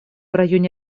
районе